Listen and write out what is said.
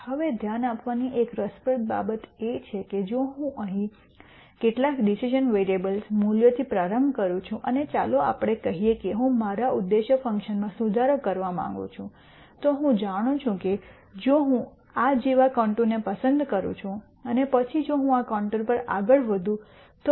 હવે ધ્યાન આપવાની એક રસપ્રદ બાબત એ છે કે જો હું અહીં કેટલાક ડિસિઝન વેરીએબલ્સ મૂલ્યોથી પ્રારંભ કરું છું અને ચાલો આપણે કહીએ કે હું મારા ઉદ્દેશ્ય ફંકશનમાં સુધારો કરવા માંગુ છું તો હું જાણું છું કે જો હું આ જેવા કોન્ટૂરને પસંદ કરું છું અને પછી જો હું આ કોન્ટૂર પર આગળ વધું તો